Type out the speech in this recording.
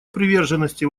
приверженности